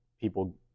people